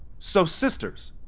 so sisters,